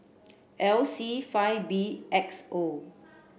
L C five B X O